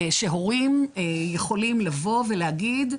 שהורים יכולים לבוא ולהגיד,